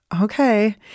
okay